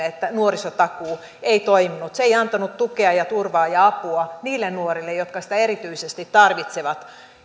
että nuorisotakuu ei toiminut se ei antanut tukea turvaa ja apua niille nuorille jotka sitä erityisesti tarvitsevat